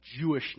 Jewishness